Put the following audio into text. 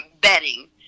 betting